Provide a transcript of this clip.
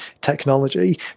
technology